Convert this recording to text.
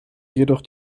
jedoch